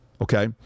okay